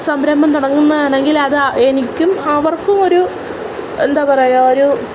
സംരംഭം തുടങ്ങുന്ന ആണെങ്കിൽ അത് എനിക്കും അവർക്കും ഒരു എന്താണു പറയുക ഒരു